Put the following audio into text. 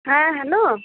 হ্যাঁ হ্যালো